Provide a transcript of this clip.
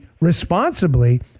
responsibly